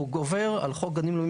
גובר על חוק גנים לאומיים,